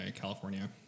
California